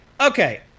Okay